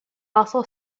also